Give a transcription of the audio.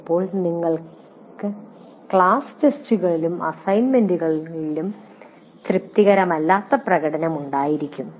ചിലപ്പോൾ നിങ്ങൾക്ക് ക്ലാസ് ടെസ്റ്റുകളിലും അസൈൻമെന്റുകളിലും തൃപ്തികരമല്ലാത്ത പ്രകടനം ഉണ്ടായിരിക്കും